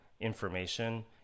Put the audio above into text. information